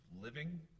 living